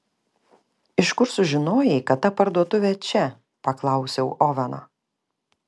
iš kur sužinojai kad ta parduotuvė čia paklausiau oveno